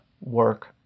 work